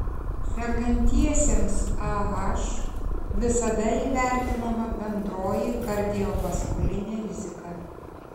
sergantiesiems ah visada įvertinama bendroji kardiovaskulinė rizika